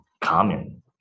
common